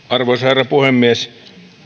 arvoisa herra puhemies